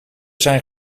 zijn